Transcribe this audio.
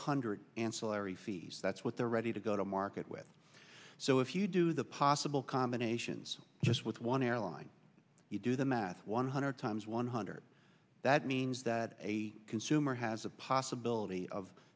hundred ancillary fees that's what they're ready to go to market with so if you do the possible combinations just with one airline you do the math one hundred times one hundred that means that a consumer has a possibility of